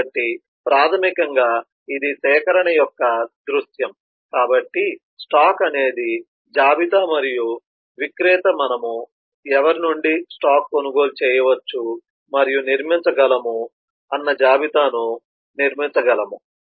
కాబట్టి ప్రాథమికంగా ఇది సేకరణ యొక్క దృశ్యం కాబట్టి స్టాక్ అనేది జాబితా మరియు విక్రేత మనము ఎవరి నుండి స్టాక్ కొనుగోలు చేయవచ్చు మరియు నిర్మించగలము జాబితాను నిర్మించగలము